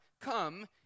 come